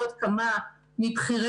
עוד כמה מבכירי